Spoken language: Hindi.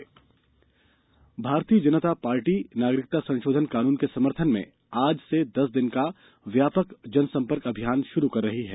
माजपा जनसंपर्क भारतीय जनता पार्टी नागरिकता संशोधन कानून के समर्थन में आज से दस दिन का व्यापक जनसम्पर्क अभियान शुरू कर रही है